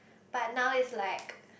but now it's like